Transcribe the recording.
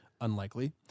unlikely